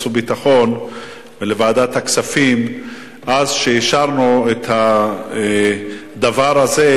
והביטחון וועדת הכספים עד שאישרנו את הדבר הזה,